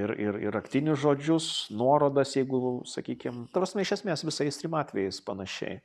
ir ir ir raktinius žodžius nuorodas jeigu sakykim ta prasme iš esmės visais trim atvejais panašiai